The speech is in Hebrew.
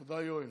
תודה, יואל.